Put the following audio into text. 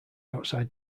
outside